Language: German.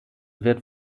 wird